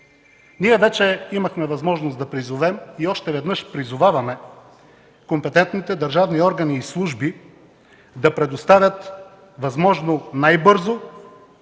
Ние вече имахме възможност да призовем и още веднъж призоваваме компетентните държавни органи и служби да предоставят възможно най-бързо